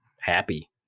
happy